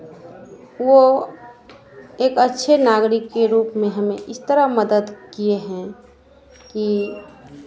वो एक अच्छे नागरिक के रूप में हमे इस तरह मदद किए हैं कि